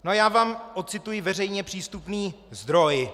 A já vám ocituji veřejně přístupný zdroj.